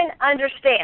understand